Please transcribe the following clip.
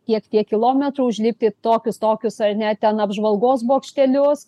tiek tiek kilometrų užlipti tokius tokius ar ne ten apžvalgos bokštelius